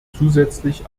zusätzlich